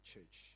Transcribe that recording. church